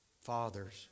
fathers